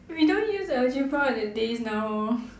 we don't use algebra in the days now